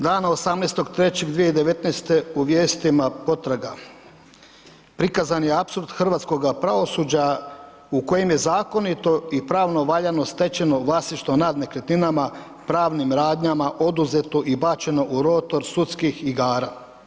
Dana 18.3.2019.g. u vijestima Potraga, prikazan je apsurd hrvatskoga pravosuđa u kojem je zakonito i pravno valjano stečeno vlasništvo nad nekretninama, pravnim radnjama oduzeto i bačeno u rotor sudskih igara.